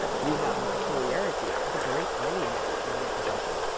you have the peculiarity of a great many men in your profession,